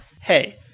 Hey